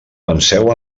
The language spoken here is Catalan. penseu